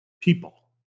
people